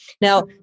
Now